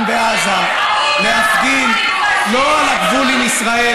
בעזה להפגין לא על הגבול עם ישראל,